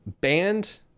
banned